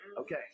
Okay